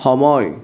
সময়